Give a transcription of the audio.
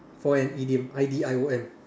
for an idiom I D I O M